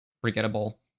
forgettable